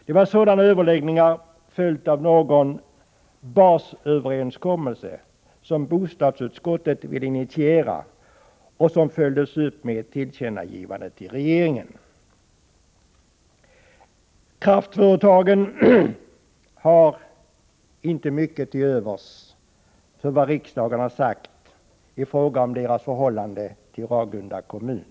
Det var sådana överläggningar, följda av någon basöverenskommelse, som bostadsutskottet ville initiera, något som följdes upp med ett tillkännagivande till regeringen. Kraftföretagen har inte mycket till övers för vad riksdagen sagt i fråga om deras förhållande till Ragunda kommun.